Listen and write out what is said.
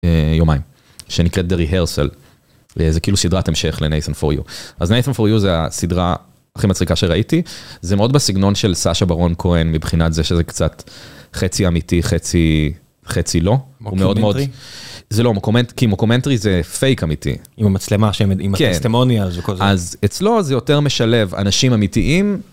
יומיים, שנקראת The Rehearsal, זה כאילו סדרת המשך ל Nathan for You, אז Nathan for You זה הסדרה הכי מצחיקה שראיתי, זה מאוד בסגנון של סאשה ברון כהן מבחינת זה שזה קצת חצי אמיתי, חצי לא, הוא מאוד מאוד, זה לא מוקומנטרי, כי מוקומנטרי זה פייק אמיתי, עם המצלמה, עם ה testimonials וכל זה, אז אצלו זה יותר משלב אנשים אמיתיים.